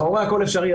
לכאורה הכול אפשרי,